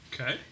Okay